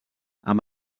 amb